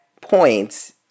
points